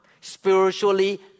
spiritually